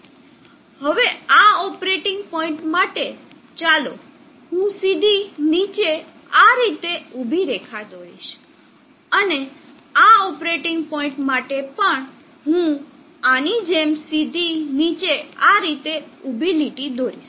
હવે આ operating point માટે ચાલો હું સીધી નીચે આ રીતે નીચે ઊભી રેખા દોરીશ અને આ ઓપરેટિંગ પોઇન્ટ માટે પણ હું આની જેમ સીધી નીચે આ રીતે નીચે ઊભી લીટી દોરીશ